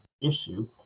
issue